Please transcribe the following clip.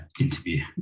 interview